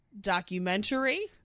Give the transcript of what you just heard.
documentary